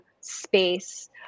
space